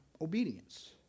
obedience